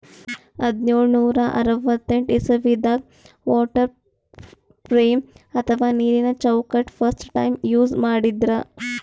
ಹದ್ದ್ನೋಳ್ ನೂರಾ ಅರವತ್ತೆಂಟ್ ಇಸವಿದಾಗ್ ವಾಟರ್ ಫ್ರೇಮ್ ಅಥವಾ ನೀರಿನ ಚೌಕಟ್ಟ್ ಫಸ್ಟ್ ಟೈಮ್ ಯೂಸ್ ಮಾಡಿದ್ರ್